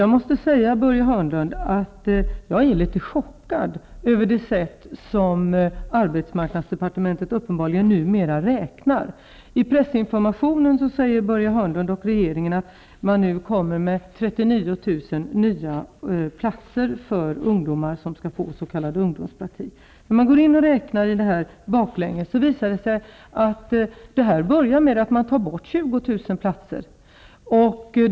Jag måste säga, Börje Hörnlund, att jag är litet chockad över det sätt på vilket arbetsmarknadsde partementet uppenbarligen numera räknar. I pressinformationen säger Börje Hörnlund och re geringen att man kommer med 39 000 nya platser för ungdomar som skall få s.k. ungdomspraktik. Men om man studerar detta närmare visar det sig, räknat baklänges, att det börjar med att man tar bort 20 000 platser.